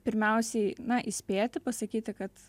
pirmiausiai na įspėti pasakyti kad